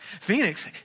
Phoenix